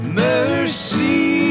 mercy